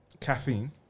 Caffeine